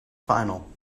final